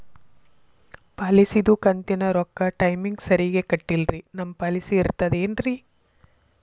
ಪಾಲಿಸಿದು ಕಂತಿನ ರೊಕ್ಕ ಟೈಮಿಗ್ ಸರಿಗೆ ಕಟ್ಟಿಲ್ರಿ ನಮ್ ಪಾಲಿಸಿ ಇರ್ತದ ಏನ್ರಿ?